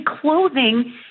clothing